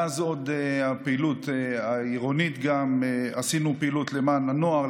עוד מאז הפעילות העירונית גם עשינו פעילות למען הנוער,